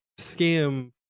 scam